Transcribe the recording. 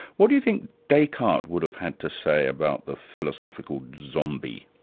what do you think descartes would have had to say about the philosophical zombie?